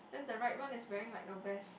then the right one is wearing like a vest